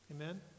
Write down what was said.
Amen